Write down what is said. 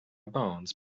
bones